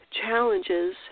challenges